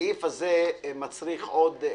הסעיף הזה מצריך עוד טיוב.